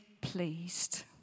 pleased